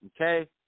okay